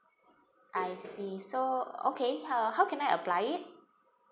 I see so okay uh how can I apply it